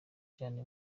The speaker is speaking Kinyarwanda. cane